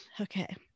Okay